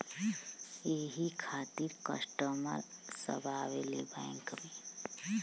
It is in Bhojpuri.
यही खातिन कस्टमर सब आवा ले बैंक मे?